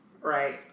right